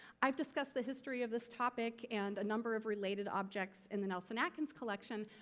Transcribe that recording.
i've discussed the history of this topic and a number of related objects in the nelson-atkins collection,